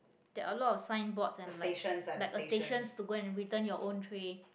there are a lot of signboards and like like a stations to go and return your own tray